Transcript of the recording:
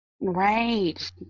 Right